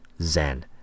Zen